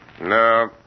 No